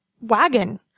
wagon